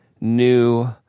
new